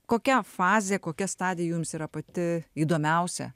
kokia fazė kokia stadija jums yra pati įdomiausia